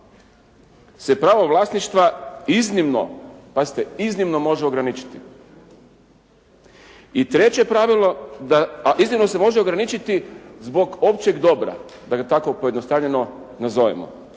iznimno, pazite, iznimno možete ograničiti. I treće pravilo a iznimno se može ograničiti zbog općeg dobra, da ga tako pojednostavljeno nazovemo.